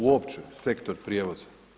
Uopće sektor prijevoza?